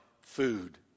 food